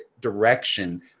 direction